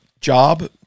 job